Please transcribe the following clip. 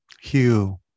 Hugh